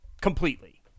completely